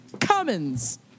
Cummins